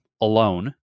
alone